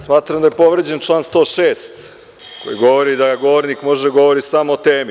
Smatram da je povređen član 106. koji govori da govornik može da govori samo o temi.